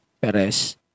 Perez